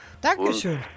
Dankeschön